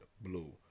Blue